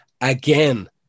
again